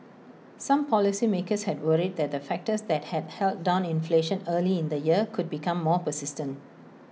some policymakers had worried that the factors that had held down inflation early in the year could become more persistent